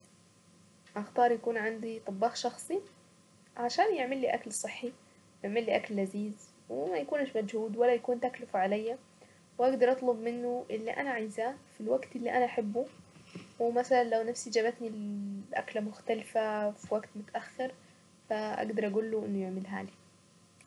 اختار يكون عندي طباخ شخصي عشان يعمل لي اكل صحي يعمل لي اكل لذيذ وما يكونش مجهود ولا يكون تكلفة علي واقدر اطلب منه اللي انا عايزاه في الوقت اللي انا احبه ومثلا لو نفسي جابتني اكلة مختلفة وفي وقت متأخر فاقدر اقول له انه يعملها لي.